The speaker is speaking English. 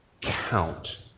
count